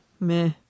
meh